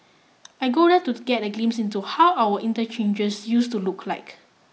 I go there to get a glimpse into how our interchanges use to look like